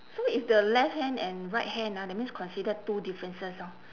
so if the left hand and right hand ah that means considered two differences orh